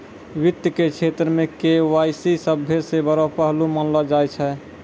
वित्त के क्षेत्र मे के.वाई.सी सभ्भे से बड़ो पहलू मानलो जाय छै